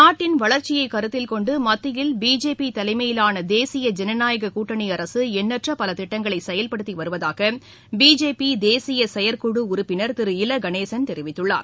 நாட்டின் வளர்ச்சியை கருத்தில் கொண்டு மத்தியில் பிஜேபி தலைமையிலான தேசிய ஜனநாயக கூட்டணி அரசு எண்ணற்ற பல திட்டங்களை செயல்படுத்தி வருவதாக பிஜேபி தேசிய செயற்குழு உறுப்பினர் திரு இல கணேசன் தெரிவித்துள்ளார்